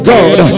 God